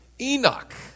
Enoch